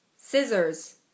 Scissors